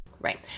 Right